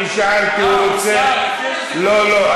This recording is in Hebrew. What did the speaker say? אני שאלתי, הוא רוצה, לא, לא.